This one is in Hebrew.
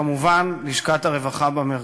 כמובן, לשכת הרווחה, במרכז.